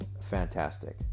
fantastic